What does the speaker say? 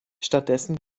stattdessen